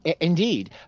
Indeed